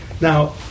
Now